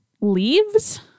Leaves